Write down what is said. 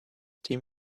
team